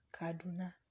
Kaduna